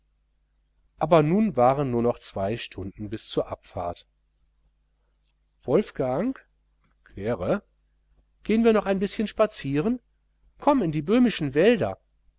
aber nun waren nur noch zwei stunden bis zur abfahrt wolfgang claire gehen wir noch ein bißchen spazieren komm in die böhmischen wälder